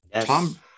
Tom